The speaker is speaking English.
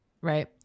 right